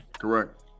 Correct